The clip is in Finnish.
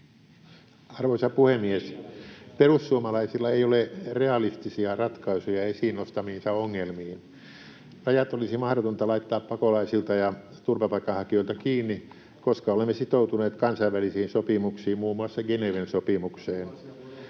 Arvoisa puhemies! Perussuomalaisilla ei ole realistisia ratkaisuja esiin nostamiinsa ongelmiin. Rajat olisi mahdotonta laittaa pakolaisilta ja turvapaikanhakijoilta kiinni, koska olemme sitoutuneet kansainvälisiin sopimuksiin, muun muassa Geneven sopimukseen.